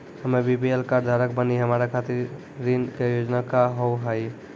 हम्मे BPL card धारक बानि हमारा खातिर ऋण के योजना का होव हेय?